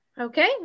Okay